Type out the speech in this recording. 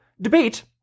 Debate